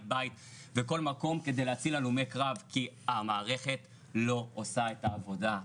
בית ובכל מקום כדי להציל הלומי קרב כי המערכת לא עושה את העבודה,